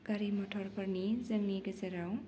गारि मथरफोरनि जोंनि गेजेराव